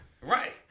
Right